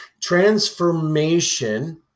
Transformation